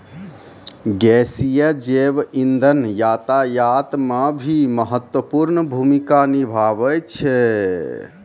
गैसीय जैव इंधन यातायात म भी महत्वपूर्ण भूमिका निभावै छै